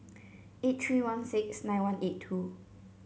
eight three one six nine one eight two